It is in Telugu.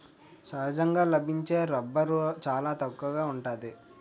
సహజంగా లభించే రబ్బరు చాలా తక్కువగా ఉంటాది